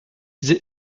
sie